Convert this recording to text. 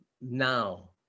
now